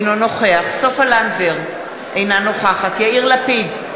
אינו נוכח סופה לנדבר, אינה נוכחת יאיר לפיד,